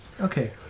Okay